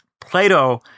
Plato